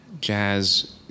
jazz